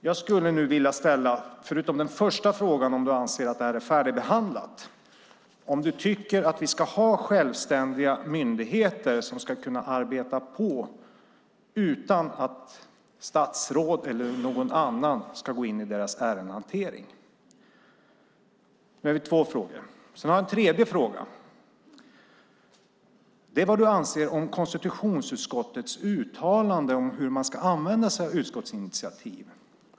Jag skulle nu vilja fråga, förutom den första frågan om du anser att det här är färdigbehandlat, om du tycker att vi ska ha självständiga myndigheter som ska kunna arbeta på utan att statsråd eller någon annan ska gå in i deras ärendehantering. Det var två frågor. Så har jag en tredje fråga, och det är vad du anser om konstitutionsutskottets uttalande om hur man ska använda sig av utskottsinitiativ.